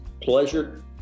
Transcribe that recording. Pleasure